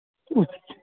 اُس